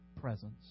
presence